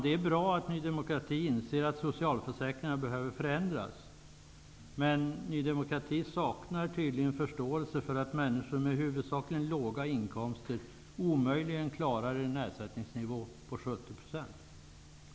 Det är bra att Ny demokrati inser att socialförsäkringarna behöver förändras, men de saknar tydligen förståelse för att människor med huvudsakligen låga inkomster omöjligen klarar en ersättningsnivå på 70 %.